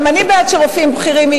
גם אני בעד שיהיו שם רופאים בכירים.